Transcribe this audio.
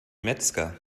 metzger